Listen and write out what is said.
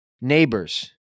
neighbors